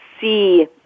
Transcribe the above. see